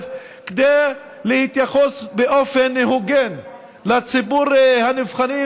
בהם כדי להתייחס באופן הוגן לציבור הנבחנים,